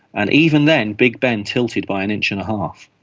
and even then big ben tilted by an inch and a half,